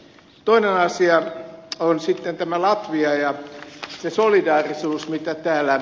toinen asia on sitten latvia ja sen solidaarisuus mitä täällä